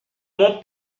mon